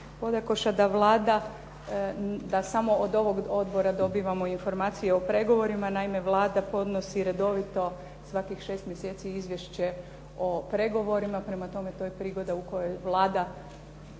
Bodakoša da Vlada, da samo od ovog odbora dobivamo informacije o pregovorima. Naime, Vlada podnosi redovito svakih 6 mjeseci izvješće o pregovorima, prema tome to je prigoda u kojoj Vlada pokazuje